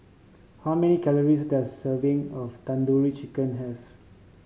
how many calories does a serving of Tandoori Chicken have